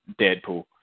Deadpool